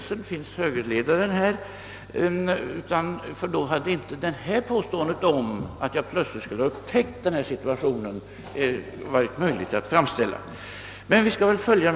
Men vi skall väl i fortsättningen bättre komma ihåg vad vi gör. Läget är följande, herr Bohman.